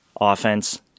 offense